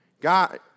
God